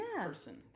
person